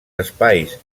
espais